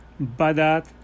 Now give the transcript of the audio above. Badat